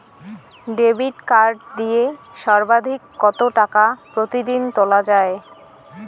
Debit card দিয়ে সর্বাধিক কত টাকা প্রতিদিন তোলা য়ায়?